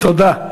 תודה.